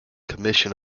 commission